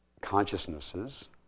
consciousnesses